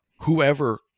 whoever